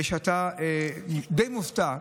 ואתה די מופתע.